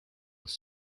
with